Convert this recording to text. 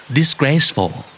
disgraceful